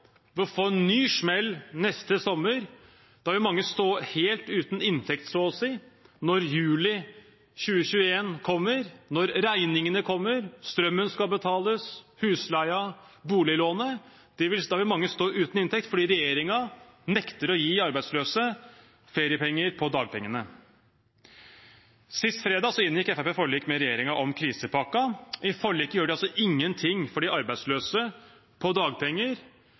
få en ny smell neste sommer. Da vil mange stå helt uten inntekt så å si når juli 2021 kommer, når regningene kommer, strømmen skal betales, husleien, boliglånet. Da vil mange stå uten inntekt fordi regjeringen nekter å gi arbeidsløse feriepenger på dagpengene. Sist fredag inngikk Fremskrittspartiet forlik med regjeringen om krisepakken. I forliket gjør de altså ingenting for de arbeidsløse på dagpenger